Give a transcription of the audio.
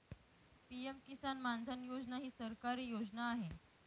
PM किसान मानधन योजना ही सरकारी योजना आहे